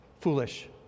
foolish